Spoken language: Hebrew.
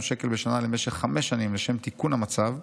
שקל בשנה למשך חמש שנים לשם תיקון המצב.